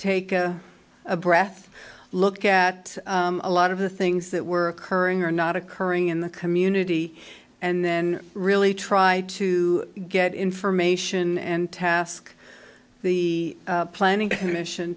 take a breath look at a lot of the things that were occurring or not occurring in the community and then really try to get information and task the planning commission